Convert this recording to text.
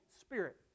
Spirit